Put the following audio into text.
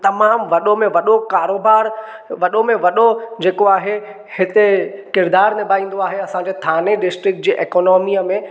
तमामु वॾो में वॾो में कारोबार वॾो में वॾो जेको आहे हिते किरदारु निभाईंदो आहे असांजे थाणे डिस्ट्रिक्ट जे एकनॉमीअ में